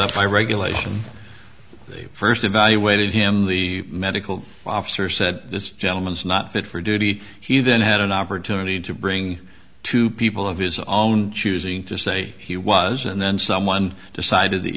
up by regulation they first evaluated him the medical officer said this gentleman is not fit for duty he then had an opportunity to bring two people of his own choosing to say he was and then someone decided the